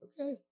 Okay